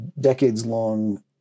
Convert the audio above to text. decades-long